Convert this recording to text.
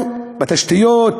בתשתיות,